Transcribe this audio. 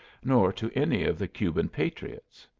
nor to any of the cuban patriots.